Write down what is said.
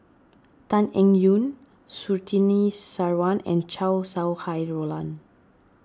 Tan Eng Yoon Surtini Sarwan and Chow Sau Hai Roland